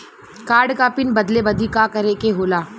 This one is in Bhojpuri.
कार्ड क पिन बदले बदी का करे के होला?